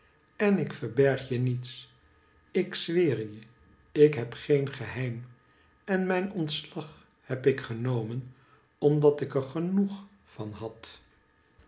en ik verberg je niets ik zweer je ik heb geen geheim en mijn ontslag heb ik genomen omdat ik er genoeg van had